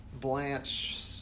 Blanche